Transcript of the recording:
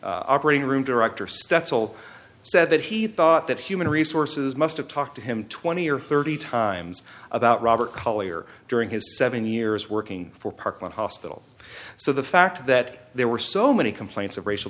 operating room director stats all said that he thought that human resources must have talked to him twenty or thirty times about robert collyer during his seven years working for parkland hospital so the fact that there were so many complaints of racial